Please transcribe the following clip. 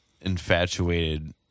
infatuated